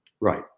Right